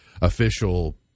official